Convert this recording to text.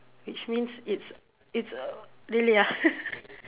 which means it's it's a really ah